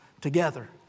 together